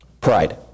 Pride